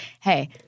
hey